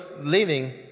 living